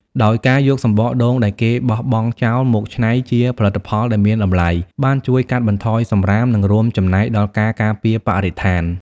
ដោយការយកសំបកដូងដែលគេបោះបង់ចោលមកច្នៃជាផលិតផលដែលមានតម្លៃ បានជួយកាត់បន្ថយសំរាម និងរួមចំណែកដល់ការការពារបរិស្ថាន។